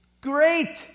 great